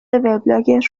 وبلاگت